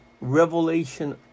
revelation